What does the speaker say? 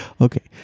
Okay